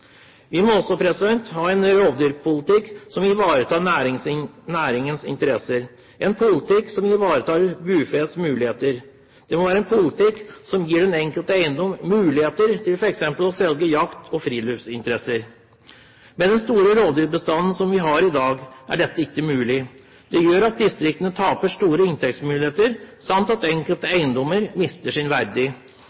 Vi må ha en rovdyrpolitikk som ivaretar næringens interesser, og en politikk som ivaretar bufeets muligheter. Det må være en politikk som gir mulighet til fra den enkelte eiendom f.eks. å selge til jakt- og friluftsinteresser. Med den store rovdyrbestanden som vi har i dag, er ikke dette mulig. Det gjør at distriktene taper store inntektsmuligheter samt at enkelte